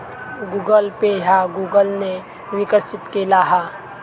Google Pay ह्या Google ने विकसित केला हा